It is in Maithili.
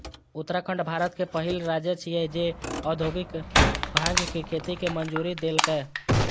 उत्तराखंड भारतक पहिल राज्य छियै, जे औद्योगिक भांग के खेती के मंजूरी देलकै